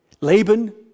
Laban